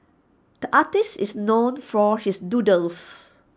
the artist is known for his doodles